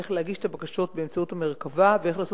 איך להגיש את הבקשות באמצעות מרכב"ה ואיך לעשות